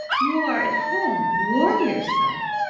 you are at home. warm yourself!